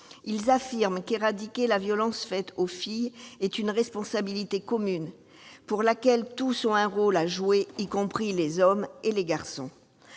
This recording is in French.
Ils affirment qu'éradiquer la violence faite aux filles est une responsabilité commune, pour laquelle tous ont un rôle à jouer, y compris les hommes et les garçons.